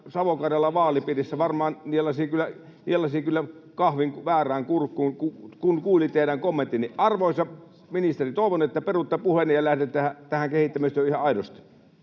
Savo-Karjalan vaalipiirissä varmaan nielaisi kahvin väärään kurkkuun, kun kuuli teidän kommenttinne. Arvoisa ministeri, toivon, että perutte puheenne ja lähdette tähän kehittämistyöhön ihan aidosti.